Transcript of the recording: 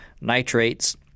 nitrates